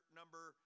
number